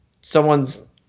someone's